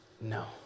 no